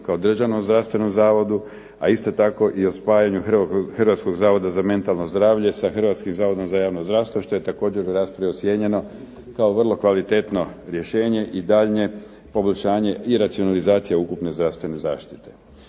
kao državnom zdravstvenom zavodu, a isto tako i o spajanju Hrvatskog zavoda za mentalno zdravlje, sa Hrvatskim zavodom za javno zdravstvo što je također u raspravi ocijenjeno kao vrlo kvalitetno rješenje i daljnje poboljšanje i racionalizacija ukupne zdravstvene zaštite.